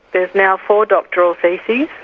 there's now four doctoral theses,